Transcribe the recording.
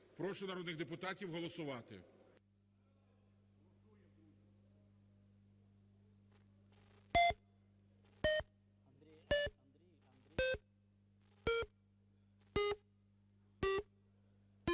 Прошу народних депутатів голосувати.